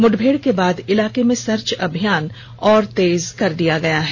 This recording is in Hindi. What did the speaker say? मुठभेड़ के बाद इलाके में सर्च अभियान को और तेज कर दिया गया है